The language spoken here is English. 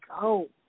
go